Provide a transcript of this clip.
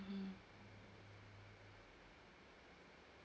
mmhmm